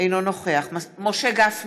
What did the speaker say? אינו נוכח משה גפני,